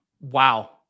Wow